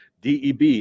deb